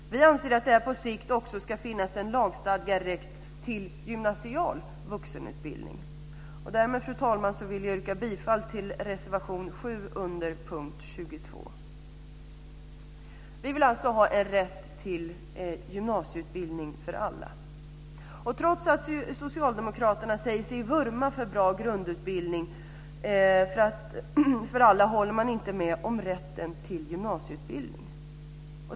Vi anser att det på sikt också ska finnas en lagstadgad rätt till gymnasial vuxenutbildning. Därmed, fru talman, vill jag yrka bifall till reservation 7 under punkt 22. Vi vill alltså ha rätt till gymnasieutbildning för alla. Trots att Socialdemokraterna säger sig vurma för bra grundutbildning för alla håller man inte med om rätten till gymnasieutbildning.